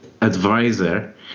advisor